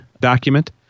document